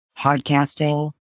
podcasting